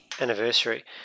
Anniversary